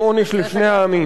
הם עונש לשני העמים.